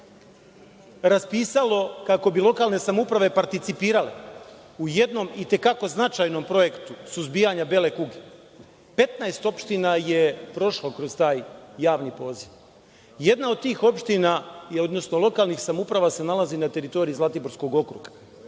raspisalo kako bi lokalne samouprave participirale u jednom i te kako značajnom projektu suzbijanja bele kuge, 15 opština je prošlo kroz taj javni poziv. Jedna od tih opština, odnosno lokalnih samouprava se nalazi na teritoriji Zlatiborskog okruga,